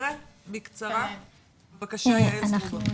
בבקשה.